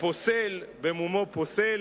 הפוסל במומו פוסל,